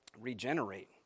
regenerate